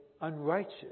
unrighteous